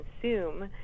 consume